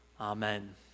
Amen